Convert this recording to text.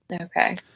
Okay